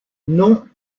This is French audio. non